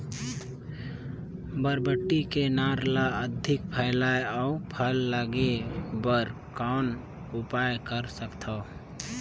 बरबट्टी के नार ल अधिक फैलाय अउ फल लागे बर कौन उपाय कर सकथव?